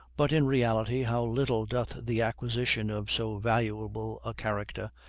but, in reality, how little doth the acquisition of so valuable a character,